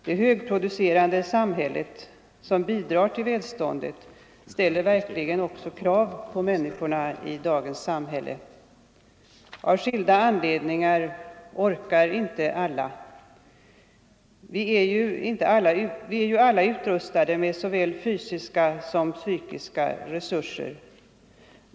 Men det högproducerande samhället, som bidrar till välståndet, ställer verkligen också krav på människorna. Av skilda anledningar orkar inte alla. Vi är ju alla utrustade med psykiska och fysiska resurser.